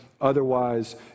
Otherwise